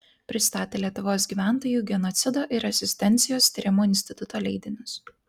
pristatė lietuvos gyventojų genocido ir rezistencijos tyrimo instituto leidinius